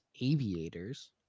Aviators